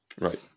Right